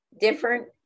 different